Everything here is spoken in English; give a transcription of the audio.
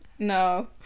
no